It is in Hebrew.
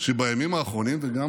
שבימים האחרונים, וגם